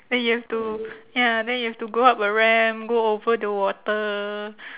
then you have to ya then you have to go up a ramp go over the water